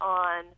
on